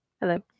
Hello